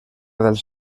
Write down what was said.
dels